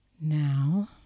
Now